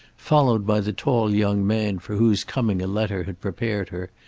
followed by the tall young man for whose coming a letter had prepared her,